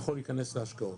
יכול להיכנס להשקעות?